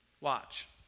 Watch